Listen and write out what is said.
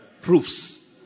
Proofs